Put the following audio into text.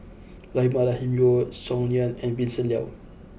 Rahimah Rahim Yeo Song Nian and Vincent Leow